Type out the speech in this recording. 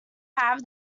have